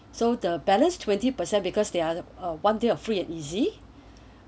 so the balance twenty percent because they are the one day of free and easy